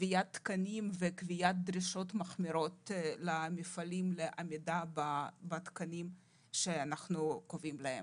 קביעת תקנים ודרישות מחמירות למפעלים לעמידה בתקנים שאנחנו קובעים להם.